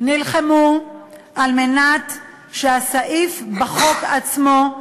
נלחמו על מנת שהסעיף בחוק עצמו,